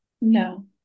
No